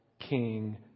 king